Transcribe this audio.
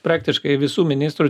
praktiškai visų ministrų